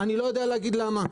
אני לא יודע להגיד למה.